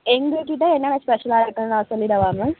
எங்கள்கிட்ட என்னன்ன ஸ்பெஷலாக இருக்குன்னு நான் சொல்லிவிடவா மேம்